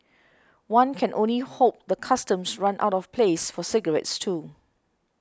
one can only hope the Customs runs out of place for cigarettes too